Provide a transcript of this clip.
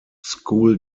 school